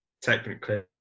technically